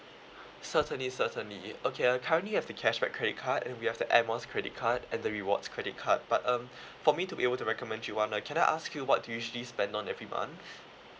certainly certainly it okay uh currently have the cashback credit card and we have the air miles credit card and the rewards credit card but um for me to be able to recommend you one uh can I ask you what do you usually spend on every month